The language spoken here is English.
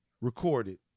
recorded